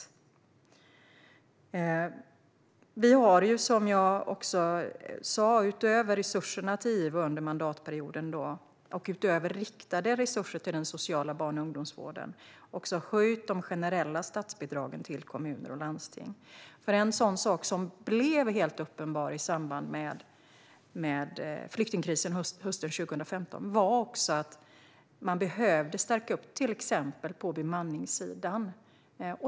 Vi har, som jag sa, utöver resurserna till IVO under mandatperioden och utöver riktade resurser till den sociala barn och ungdomsvården också höjt de generella statsbidragen till kommuner och landsting. En sådan sak som blev helt uppenbar i samband med flyktingkrisen hösten 2015 var att man behövde stärka till exempel på bemanningssidan.